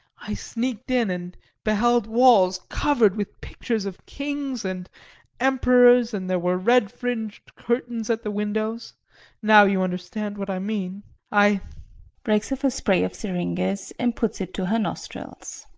i sneaked in and beheld walls covered with pictures of kings and emperors and there were red-fringed curtains at the windows now you understand what i mean i breaks off a spray of syringes and puts it to her nostrils.